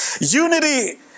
Unity